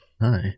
Hi